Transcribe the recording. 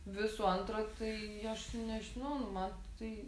visų antra tai aš nežinau nu man tai